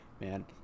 Man